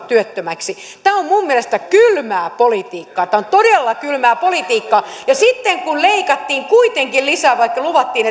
työttömäksi tämä on minun mielestäni kylmää politiikkaa tämä on todella kylmää politiikkaa ja sitten leikattiin kuitenkin lisää vaikka luvattiin